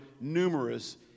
numerous